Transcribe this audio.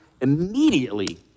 immediately